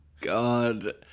God